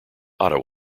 ottawa